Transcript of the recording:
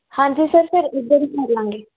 ਹਾਂਜੀ ਸਰ ਫਿਰ ਇੱਧਰ ਹੀ ਮਿਲ ਲਾਂਗੇ